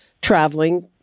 traveling